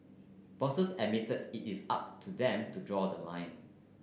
bosses admitted it is up to them to draw the line